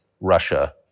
Russia